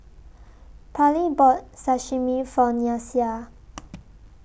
Parlee bought Sashimi For Nyasia